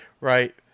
right